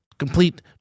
complete